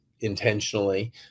intentionally